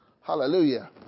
Hallelujah